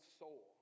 soul